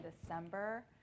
december